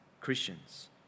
Christians